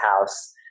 house